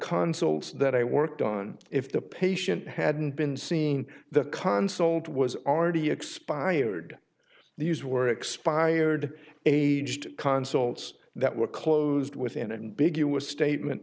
console's that i worked on if the patient hadn't been seen the console it was already expired these were expired aged consols that were close within and big you were statement